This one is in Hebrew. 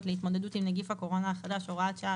להתמודדות עם נגיף הקורונה החדש (הוראת שעה),